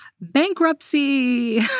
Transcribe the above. bankruptcy